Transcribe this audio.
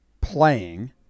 playing